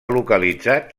localitzat